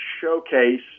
showcase